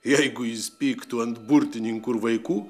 jeigu jis pyktų ant burtininkų ir vaikų